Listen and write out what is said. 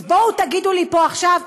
אז בואו תגידו לי פה עכשיו,